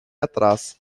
atrás